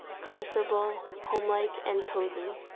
comfortable, home-like, and cosy.